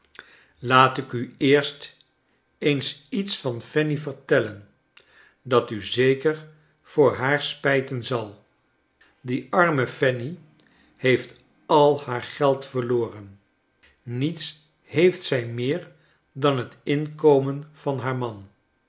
laat ik u eerst eens iets van fanny vertellen dat u zeker voor haar spijten zal die arme fanny heeft al haar geld verloren niets heeft zij meer dan het inkomen van haar man